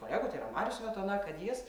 kolegų tai yra marius smetona kad jis